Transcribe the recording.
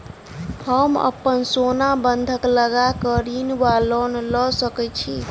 हम अप्पन सोना बंधक लगा कऽ ऋण वा लोन लऽ सकै छी?